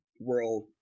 world